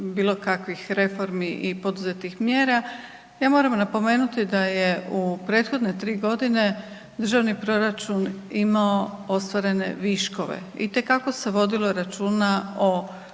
bilokakvih reformi i poduzetih mjera, ja moram napomenuti da je u prethodne 3 g. državni proračun imao ostvarene viškove, itekako se vodilo računa o